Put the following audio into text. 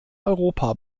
europa